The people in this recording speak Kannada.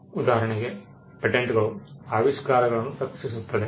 ಉದಾಹರಣೆಗೆ ಪೇಟೆಂಟ್ಗಳು ಆವಿಷ್ಕಾರಗಳನ್ನು ರಕ್ಷಿಸುತ್ತವೆ